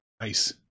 Nice